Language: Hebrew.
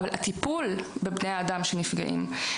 אבל הטיפול בבני האדם שנפגעים,